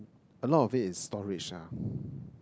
a lot of it is storage ah